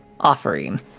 Offering